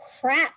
crap